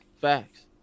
Facts